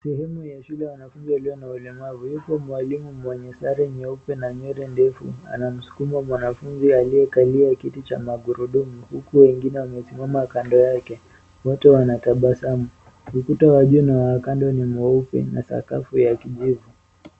Sehemu ya shule ya wanafunzi walio na ulemavu. Yupo mwalimu mwenye sare nyeupe na nywele ndefu anasukuma mwanafunzi aliye aliye kiti cha magurudumu huku wengine wamesimama kando yake. Wote wanatabasamu. Ukuta wajuu na wa kando ni mweupe na sakafu ya kijivu.